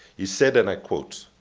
he said, and i quote,